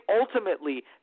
ultimately